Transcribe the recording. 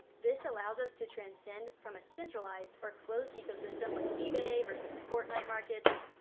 this allows us to transcend from a centralized or closed ecosystem like ebay versus fortnite marketplaces,